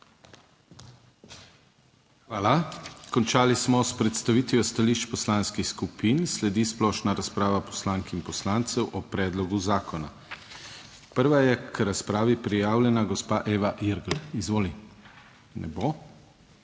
Hvala. Končali smo s predstavitvijo stališč poslanskih skupin, sledi splošna razprava poslank in poslancev o predlogu zakona. Prva je k razpravi prijavljena gospa Eva Irgl, izvoli. Ne bo.